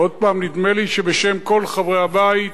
ועוד פעם, נדמה לי שבשם כל חברי הבית,